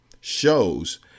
shows